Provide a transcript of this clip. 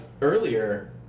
earlier